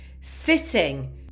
sitting